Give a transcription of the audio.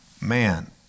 Man